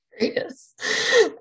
Yes